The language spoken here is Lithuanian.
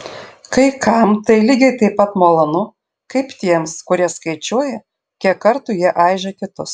kai kam tai lygiai taip pat malonu kaip tiems kurie skaičiuoja kiek kartų jie aižė kitus